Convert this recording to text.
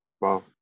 Wow